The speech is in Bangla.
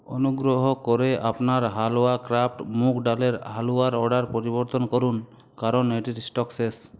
অনুগ্রহ করে আপনার হালওয়া ক্র্যাফট মুগ ডালের হালুয়ার অর্ডার পরিবর্তন করুন কারণ এটির স্টক শেষ